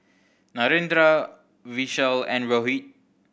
Narendra Vishal and Rohit